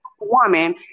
woman